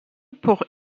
pour